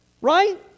Right